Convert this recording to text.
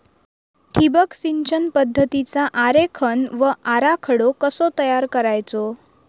ठिबक सिंचन पद्धतीचा आरेखन व आराखडो कसो तयार करायचो?